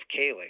Kaylee